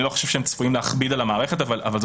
אני לא חושב שהם צפויים להכביד על המערכת אבל זאת